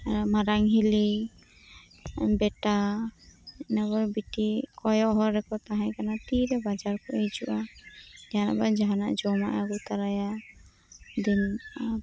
ᱢᱟᱨᱟᱝ ᱦᱤᱞᱤ ᱵᱮᱴᱟ ᱤᱱᱟᱹ ᱯᱚᱨᱮ ᱵᱤᱴᱤ ᱠᱚᱭᱚᱜ ᱦᱚᱨ ᱨᱮᱠᱚ ᱛᱟᱦᱮᱸ ᱠᱟᱱᱟ ᱛᱤᱨᱮ ᱵᱟᱡᱟᱨ ᱠᱷᱚᱱᱮ ᱦᱤᱡᱩᱜᱼᱟ ᱡᱟᱦᱟᱱᱟᱜ ᱵᱟᱝ ᱡᱟᱦᱟᱱᱟᱜ ᱡᱚᱢᱟᱜ ᱮ ᱟᱹᱜᱩ ᱛᱚᱨᱟᱭᱟ ᱫᱤᱱ